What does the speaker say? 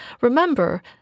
Remember